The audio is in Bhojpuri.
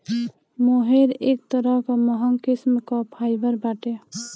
मोहेर एक तरह कअ महंग किस्म कअ फाइबर बाटे